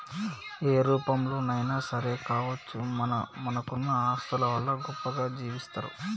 ఏ రూపంలోనైనా సరే కావచ్చు మనకున్న ఆస్తుల వల్ల గొప్పగా జీవిస్తరు